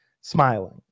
smiling